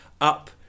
up